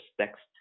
text